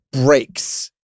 breaks